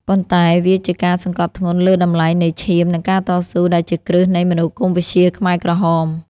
ប៉ុន្តែវាជាការសង្កត់ធ្ងន់លើតម្លៃនៃ ឈាម និង ការតស៊ូ ដែលជាគ្រឹះនៃមនោគមវិជ្ជាខ្មែរក្រហម។